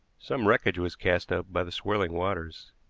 some wreckage was cast up by the swirling waters.